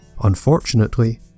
Unfortunately